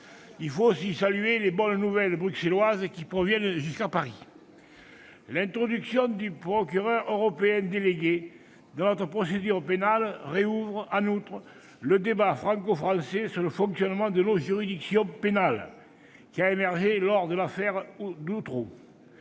Il faut aussi saluer les bonnes nouvelles bruxelloises qui parviennent jusqu'à Paris. L'introduction du procureur européen délégué dans notre procédure pénale rouvre en outre le débat franco-français sur le fonctionnement de nos juridictions pénales, qui a émergé à l'occasion de l'affaire d'Outreau.